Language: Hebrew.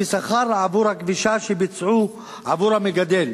כשכר עבור הכבישה שביצעו עבור המגדל.